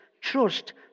trust